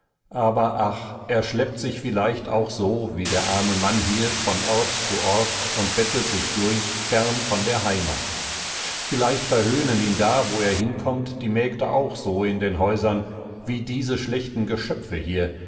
aber ach er schleppt sich vielleicht auch so wie der arme mann hier von ort zu ort und bettelt sich durch fern von der heimat vielleicht verhöhnen ihn da wo er hinkommt die mägde auch so in den häusern wie diese schlechten geschöpfe hier